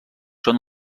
són